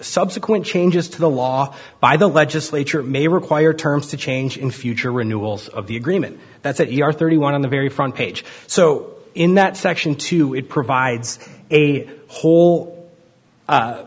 subsequent changes to the law by the legislature may require terms to change in future renewals of the agreement that you are thirty one on the very front page so in that section two it provides a whole